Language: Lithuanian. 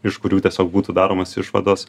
iš kurių tiesiog būtų daromos išvados